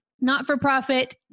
not-for-profit